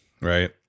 right